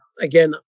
again